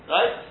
Right